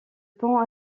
pont